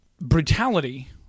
brutality